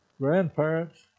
grandparents